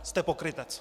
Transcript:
Jste pokrytec!